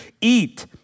eat